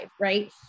right